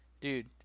dude